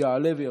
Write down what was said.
יעלה ויבוא.